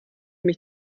mich